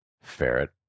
Ferret